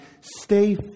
stay